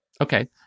Okay